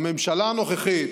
הממשלה הנוכחית,